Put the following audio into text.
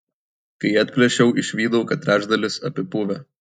kai atplėšiau išvydau kad trečdalis apipuvę